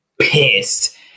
pissed